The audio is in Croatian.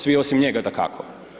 Svi osim njega, dakako.